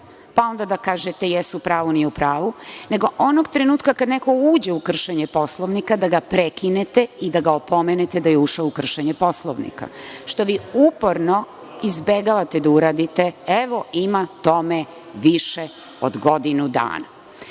pa onda da kažete jeste u pravu, nije u pravu, nego onog trenutka kada neko uđe u kršenje Poslovnika, da ga prekinete i da ga opomenete da je ušao u kršenje Poslovnika, što vi uporno izbegavate da uradite, evo, ima tome više od godinu